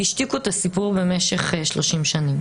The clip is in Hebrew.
והשתיקו את הסיפור במשך 30 שנים.